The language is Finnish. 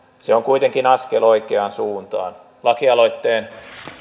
se on kuitenkin askel oikeaan suuntaan lakialoitteen